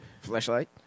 flashlight